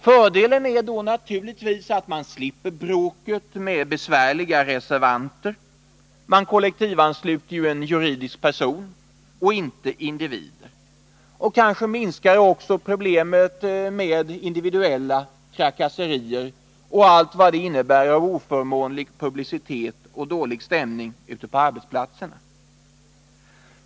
Fördelen är då naturligtvis att man slipper bråket med besvärliga reservanter — man kollektivansluter ju en juridisk person och inte individer. Kanske minskar också problemet med individuella trakasserier och allt vad de innebär av oförmånlig publicitet och dålig stämning ute på arbetsplatserna.